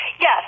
Yes